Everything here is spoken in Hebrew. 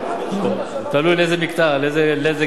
כמה זה יעלה בשנה?